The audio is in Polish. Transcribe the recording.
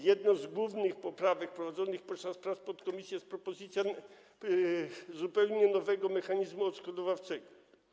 Jedną z głównych poprawek wprowadzonych podczas prac podkomisji jest propozycja zupełnie nowego mechanizmu odszkodowawczego.